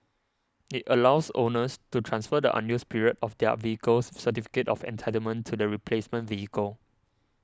it allows owners to transfer the unused period of their vehicle's certificate of entitlement to the replacement vehicle